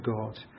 God